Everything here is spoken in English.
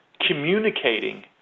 communicating